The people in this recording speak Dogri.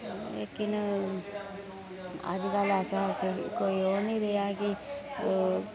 लेकिन अजकल्ल ऐसा कोई ओह् निं रेहा ऐ कि